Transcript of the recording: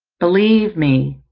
believe me,